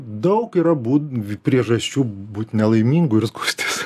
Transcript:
daug yra būdų priežasčių būt nelaimingu ir skųstis